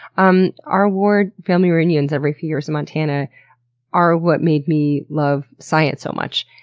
um our ward family reunions every few years in montana are what made me love science so much,